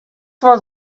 was